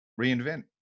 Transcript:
reinvent